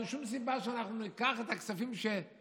אין שום סיבה שאנחנו ניקח את הכספים שאגמו